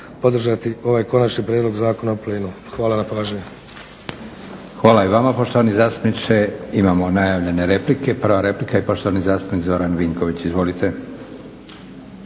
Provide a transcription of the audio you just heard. podržati ovaj Konačni prijedlog Zakona o plinu. Hvala na pažnji.